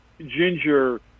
ginger